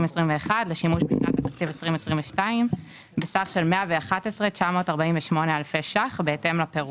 לשימוש ב-22' בסך 111,948 אלפי ₪ בהתאם לפירוט.